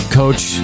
coach